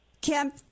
Kim